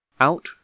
out